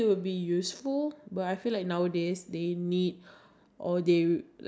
oh okay what useless subject ended up being useful to you in later in life